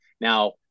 Now